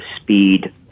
speed